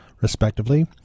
respectively